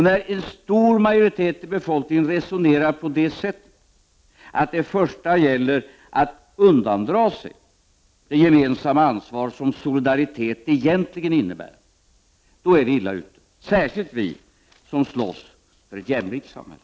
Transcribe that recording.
När en stor majoritet av befolkningen resonerar på det sättet, att det först och främst gäller att undandra sig det gemensamma ansvar solidaritet egentligen innebär, då är vi illa ute. Och detta gäller särskilt oss som slåss för ett jämlikt samhälle.